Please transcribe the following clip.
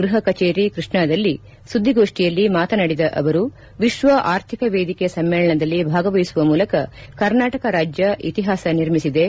ಗೃಹ ಕಚೇರಿ ಕೃಷ್ಣಾದಲ್ಲಿ ಸುದ್ದಿಗೋಷ್ಠಿಯಲ್ಲಿ ಮಾತನಾಡಿದ ಅವರು ವಿಶ್ವ ಅರ್ಥಿಕ ವೇದಿಕೆ ಸಮ್ಮೇಳನದಲ್ಲಿ ಭಾಗವಹಿಸುವ ಮೂಲಕ ಕರ್ನಾಟಕ ರಾಜ್ಯ ಇತಿಹಾಸ ನಿರ್ಮಿಸಿದೆ